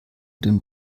den